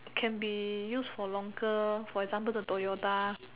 can be use for longer for example the Toyota